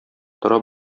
тора